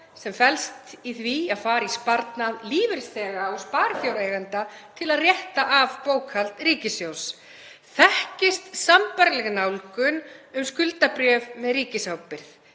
sem felst í því að fara í sparnað lífeyrisþega og sparifjáreigenda til að rétta af bókhald ríkissjóðs. Þekkist sambærileg nálgun um skuldabréf með ríkisábyrgð?